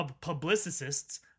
publicists